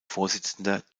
vorsitzender